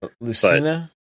Lucina